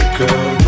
girl